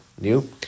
new